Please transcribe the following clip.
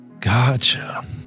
Gotcha